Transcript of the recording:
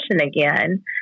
again